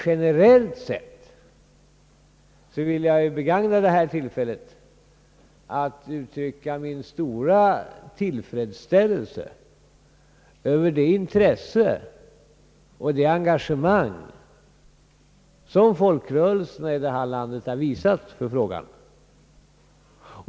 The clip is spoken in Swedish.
Generellt sett vill jag dock begagna detta tillfälle att uttrycka min stora tillfredsställelse över det intresse och det engagemang som folkrörelserna i detta land har visat för frågan.